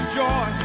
joy